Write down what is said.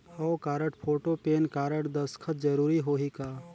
हव card, photo, PAN card, दस्खत जरूरी होही का?